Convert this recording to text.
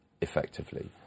effectively